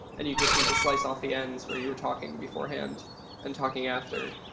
and you just need to slice off the ends where you were talking beforehand and talking after